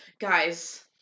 guys